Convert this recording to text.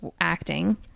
acting